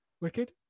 Wicked